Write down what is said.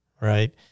right